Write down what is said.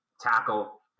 tackle